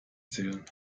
zählen